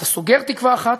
אתה סוגר תקווה אחת,